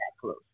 close